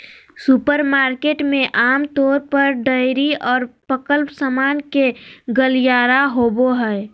supermarket में आमतौर पर डेयरी और पकल सामान के गलियारा होबो हइ